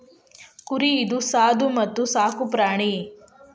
ಕುರಿ ಇದು ಸಾದು ಮತ್ತ ಸಾಕು ಪ್ರಾಣಿ